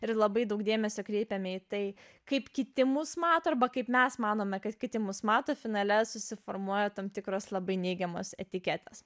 ir labai daug dėmesio kreipiame į tai kaip kiti mus mato arba kaip mes manome kad kiti mus mato finale susiformuoja tam tikros labai neigiamos etiketės